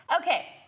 Okay